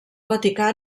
vaticà